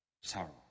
sorrow